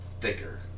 thicker